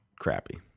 crappy